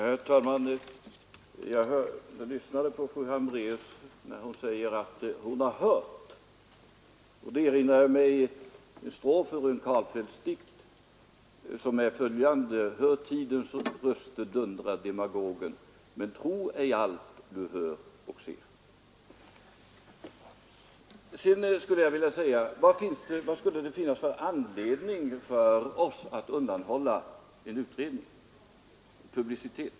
Herr talman! Fru Hambraeus säger att hon ”har hört” det och det, och då erinrar jag mig en strof ur en Karlfeldtsdikt: ”Hör tidens röster, dundrar demagogen. Ja, hör och lär, men tro ej allt du hör.” Vad skulle det finnas för anledning att undanhålla utredningsmaterial, att inte ge publicitet åt det?